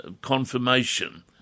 confirmation